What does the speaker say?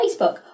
Facebook